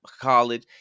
college